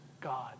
God